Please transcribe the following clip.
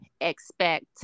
expect